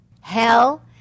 Hell